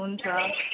हुन्छ